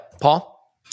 Paul